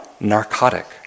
narcotic